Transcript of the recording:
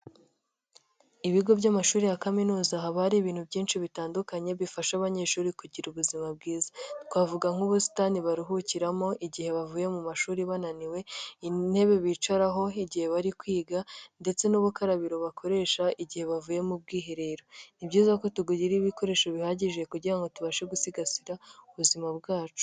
Ibigo by'amashuri ya kaminuza haba hari ibintu byinshi bitandukanye bifasha abanyeshuri kugira ubuzima bwiza, twavuga nk'ubusitani baruhukiramo igihe bavuye mu mashuri bananiwe, intebe bicaraho igihe bari kwiga ndetse n'ubukarabiro bakoresha igihe bavuye mu bwiherero; ni byiza ko tugira ibikoresho bihagije kugira ngo tubashe gusigasira ubuzima bwacu.